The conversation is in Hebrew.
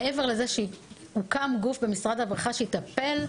מעבר לזה שהוקם גוף במשרד הרווחה שיטפל,